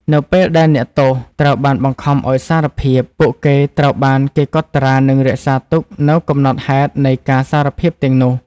នៅពេលដែលអ្នកទោសត្រូវបានបង្ខំឱ្យសារភាព ពួកគេត្រូវបានគេកត់ត្រានិងរក្សាទុកនូវកំណត់ហេតុនៃការសារភាពទាំងនោះ។